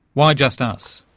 why just us?